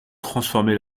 transformé